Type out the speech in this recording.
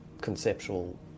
conceptual